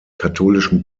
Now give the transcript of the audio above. katholischen